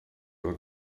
will